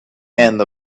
and